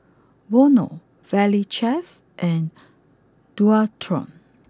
Vono Valley Chef and Dualtron